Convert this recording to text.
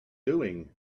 doing